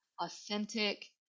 authentic